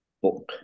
book